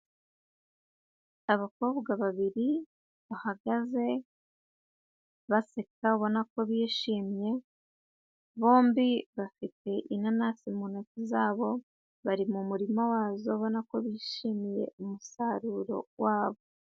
Abakobwa babiri bahagaze baseka ubona ko bishimye, bombi bafite inanasi mu ntoki zabo bari mu murima wazo ubona ko bishimiye umusaruro wa bo.